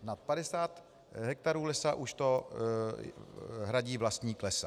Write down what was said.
Nad 50 hektarů lesa už to hradí vlastník lesa.